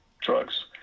drugs